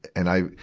and i,